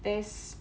there's